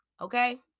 Okay